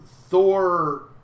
Thor